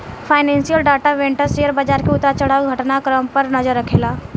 financial data vendor share बाजार के उतार चढ़ाव के घटना क्रम पर नजर रखेला